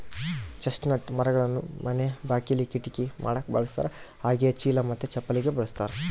chestnut ಮರಗಳನ್ನ ಮನೆ ಬಾಕಿಲಿ, ಕಿಟಕಿ ಮಾಡಕ ಬಳಸ್ತಾರ ಹಾಗೆಯೇ ಚೀಲ ಮತ್ತೆ ಚಪ್ಪಲಿಗೆ ಬಳಸ್ತಾರ